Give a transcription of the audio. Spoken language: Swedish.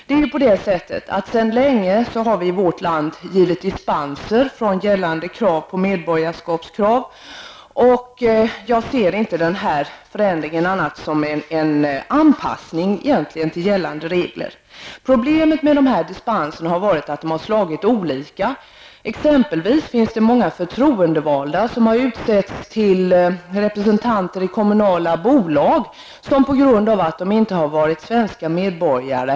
Vi har ju i vårt land sedan länge givit dispens från gällande krav på medborgarskap, och egentligen ser jag inte den här förändringen som något annat än en anpassning till gällande praxis. Problemet med dessa dispenser är att de har slagit olika. Det finns t.ex. många förtroendevalda som har utsetts till representanter i kommunala bolag och som inte har varit svenska medborgare.